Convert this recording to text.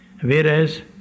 Whereas